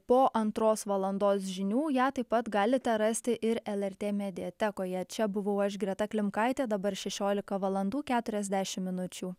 po antros valandos žinių ją taip pat galite rasti ir lrt mediatekoje čia buvau aš greta klimkaitė dabar šešiolika valandų keturiasdešim minučių